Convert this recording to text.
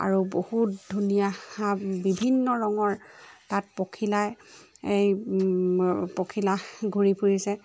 আৰু বহুত ধুনীয়া বিভিন্ন ৰঙৰ তাত পখিলাই এই পখিলা ঘূৰি ফুৰিছে